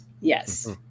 yes